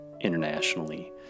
internationally